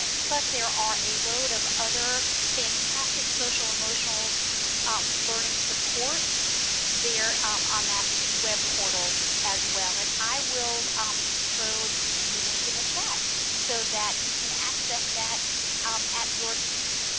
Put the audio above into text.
plus, there are a load of other fantastic social-emotional learning supports there on that web portal as well. and i will um throw the link in the chat so that you can access that at your leisure.